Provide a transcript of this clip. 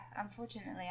unfortunately